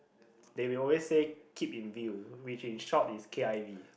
they will always say keep in view which in short is k_i_v